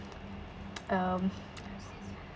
um